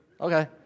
Okay